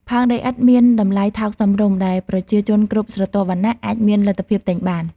ផើងដីឥដ្ឋមានតម្លៃថោកសមរម្យ ដែលប្រជាជនគ្រប់ស្រទាប់វណ្ណៈអាចមានលទ្ធភាពទិញបាន។